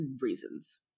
reasons